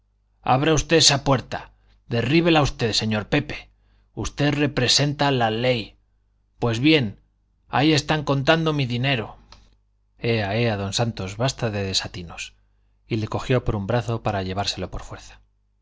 abra usted esa puerta derríbela usted señor pepe usted representa la ley pues bien ahí están contando mi dinero ea ea don santos basta de desatinos y le cogió por un brazo para llevárselo por fuerza